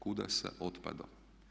Kuda sa otpadom?